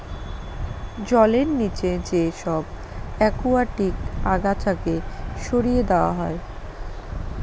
জলের নিচে যে সব একুয়াটিক আগাছাকে সরিয়ে দেওয়া হয়